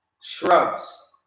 shrubs